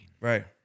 Right